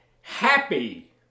happy